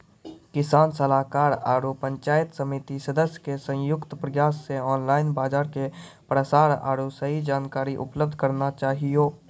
किसान सलाहाकार आरु पंचायत समिति सदस्य के संयुक्त प्रयास से ऑनलाइन बाजार के प्रसार आरु सही जानकारी उपलब्ध करना चाहियो?